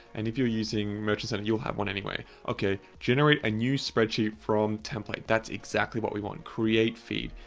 and if you're using merchant center, you'll have one anyway. okay, generate a new spreadsheet from template. that's exactly what we want, create feed,